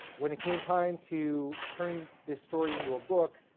when it came time to turn this story into a book,